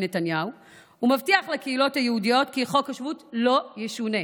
נתניהו ומבטיח לקהילות היהודיות כי חוק השבות לא ישונה,